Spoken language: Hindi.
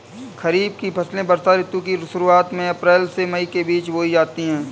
खरीफ की फसलें वर्षा ऋतु की शुरुआत में अप्रैल से मई के बीच बोई जाती हैं